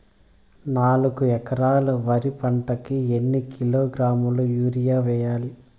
నాలుగు ఎకరాలు వరి పంటకి ఎన్ని కిలోగ్రాముల యూరియ వేయాలి?